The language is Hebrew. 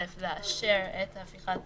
דבר אחד, לאשר את הפיכת